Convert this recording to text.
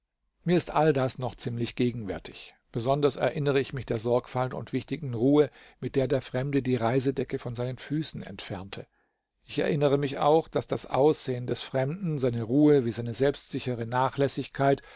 mir ist all das noch ziemlich gegenwärtig besonders erinnere ich mich der sorgfalt und wichtigen ruhe mit der der fremde die reisedecke von seinen füßen entfernte ich erinnere mich auch daß das aussehen des fremden seine ruhe wie seine selbstsichere nachlässigkeit